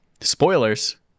spoilers